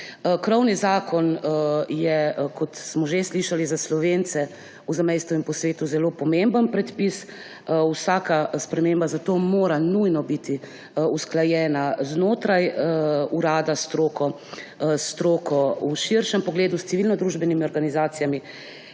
Krovni zakon je, kot smo že slišali, za Slovence v zamejstvu in po svetu zelo pomemben predpis. Vsaka sprememba mora zato nujno biti usklajena znotraj urada s stroko v širšem pogledu, s civilnodružbenimi organizacijami,